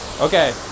Okay